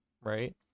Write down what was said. right